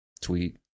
tweet